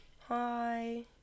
Hi